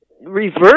reverse